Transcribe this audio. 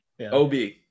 Ob